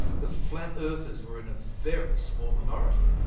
the flat-earthers were in a very small minority.